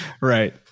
Right